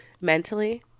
mentally